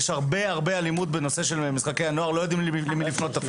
יש הרבה הרבה אלימות במשחקי נוער ולא יודעים אפילו למי לפנות.